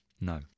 No